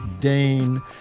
Dane